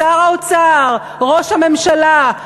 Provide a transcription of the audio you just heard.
שר האוצר, ראש הממשלה.